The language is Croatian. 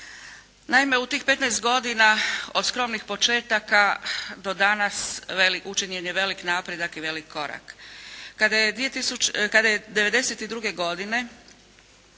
Naime, u tih 15 godina od skromnih početaka do danas učinjen je velik napredak i velik korak. Kada je 92. godine